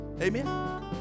Amen